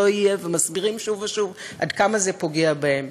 יהיה ומסבירים שוב ושוב עד כמה זה פוגע בהם.